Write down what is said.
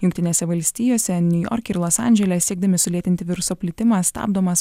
jungtinėse valstijose niujorke ir los andžele siekdami sulėtinti viruso plitimą stabdomas